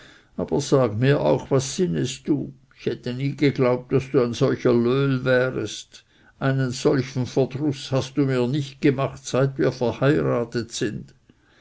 aber sag mir auch was sinnest du ich hätte nie geglaubt daß du ein solcher löhl wärest einen solchen verdruß hast du mir nicht gemacht seit wir verheiratet sind